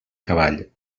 cavall